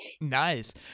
Nice